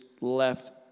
left